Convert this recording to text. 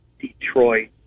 Detroit